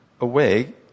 away